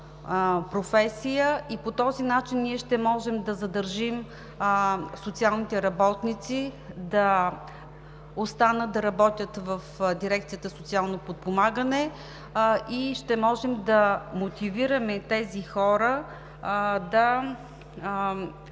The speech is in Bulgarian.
професия и по този начин ние ще можем да задържим социалните работници да останат да работят в дирекцията „Социално подпомагане“ и ще можем да мотивираме тези хора да